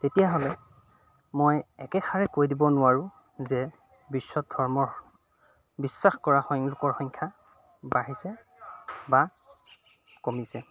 তেতিয়াহ'লে মই একেষাৰে কৈ দিব নোৱাৰোঁ যে বিশ্বত ধৰ্মৰ বিশ্বাস কৰা সং লোকৰ সংখ্যা বাঢ়িছে বা কমিছে